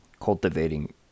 cultivating